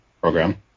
program